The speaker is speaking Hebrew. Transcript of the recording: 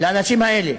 לאנשים האלה.